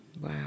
Wow